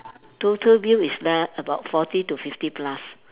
total bill is about forty to fifty plus